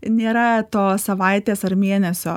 nėra tos savaitės ar mėnesio